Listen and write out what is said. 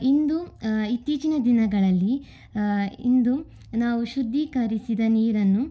ಇಂದು ಇತ್ತೀಚಿನ ದಿನಗಳಲ್ಲಿ ಇಂದು ನಾವು ಶುದ್ಧೀಕರಿಸಿದ ನೀರನ್ನು